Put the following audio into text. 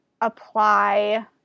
apply